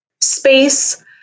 space